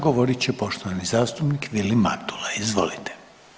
Govorit će poštovani zastupnik Vilim Matula, izvolite.